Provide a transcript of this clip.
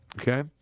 Okay